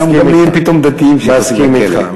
כולם נהיים פתאום דתיים, מסכים אתך.